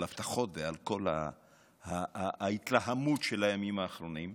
הבטחות ועל כל ההתלהמות של הימים האחרונים,